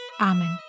Amen